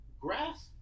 grass